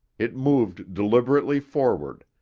it moved deliberately forward,